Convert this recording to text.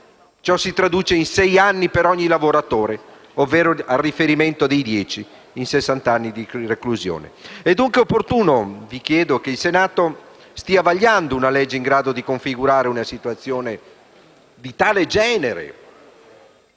ciò si traduce in sei anni per ogni lavoratore, ovvero in sessant'anni di reclusione. È dunque opportuno, vi chiedo, che il Senato stia vagliando una legge in grado di configurare una situazione di tale genere?